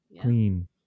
clean